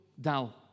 down